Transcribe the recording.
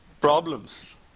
problems